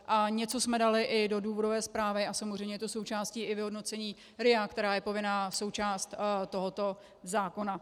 A něco jsme dali i do důvodové zprávy a samozřejmě je to součástí i vyhodnocení RIA, která je povinná součást tohoto zákona.